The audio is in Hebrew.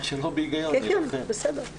מה שלא הגיוני --- ברור.